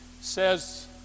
says